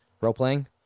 role-playing